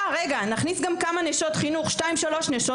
אה רגע נכנסי גם כמה נשות חינוך שתיים שלוש נשות